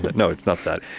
but no, it's not that.